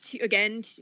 again